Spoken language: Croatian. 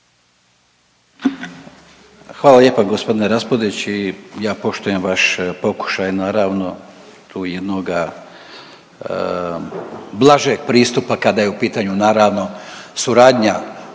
Hvala lijepa gospodine Raspudić. I ja poštujem vaš pokušaj naravno tu jednoga blažeg pristupa kada je u pitanju naravno suradnja.